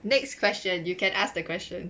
next question you can ask the question